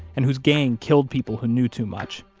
and whose gang killed people who knew too much,